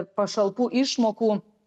pašalpų išmokų